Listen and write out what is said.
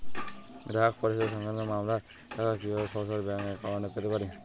গ্রাহক পরিষেবা সংক্রান্ত মামলার টাকা কীভাবে সরাসরি ব্যাংক অ্যাকাউন্টে পেতে পারি?